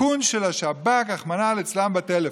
האיכון של השב"כ, רחמנא ליצלן, בטלפון.